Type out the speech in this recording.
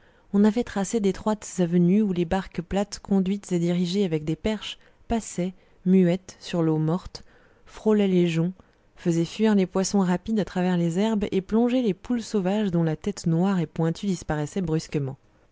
on avait tracé d'étroites avenues où les barques plates conduites et dirigées avec des perches passaient muettes sur l'eau morte frôlaient les joncs faisaient fuir les poissons rapides à travers les herbes et plonger les poules sauvages dont la tête noire et pointue disparaissait brusquement